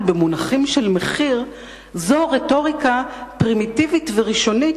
במונחים של מחיר זה רטוריקה פרימיטיבית וראשונית,